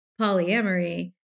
polyamory